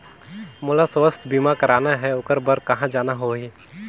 मोला स्वास्थ बीमा कराना हे ओकर बार कहा जाना होही?